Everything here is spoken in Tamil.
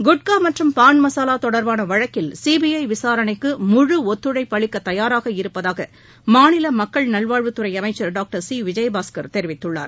குட்கா மற்றும் பான் மசாலா தொடர்பான வழக்கில் சிபிஐ விசாரணைக்கு முழு ஒத்துழைப்பு அளிக்க தயாராக இருப்பதாக மாநில மக்கள் நல்வாழ்வுத்துறை அமைச்சர் டாக்டர் சி விஜயபாஸ்கர் தெரிவித்துள்ளார்